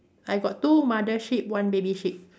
I got two mother sheep one baby sheep